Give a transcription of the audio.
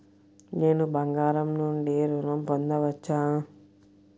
నేను బంగారం నుండి ఋణం పొందవచ్చా?